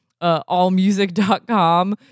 Allmusic.com